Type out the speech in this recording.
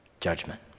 Judgment